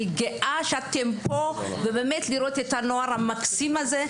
אני גאה שאתם פה, וגאה לראות את הנוער המקסים הזה.